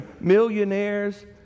millionaires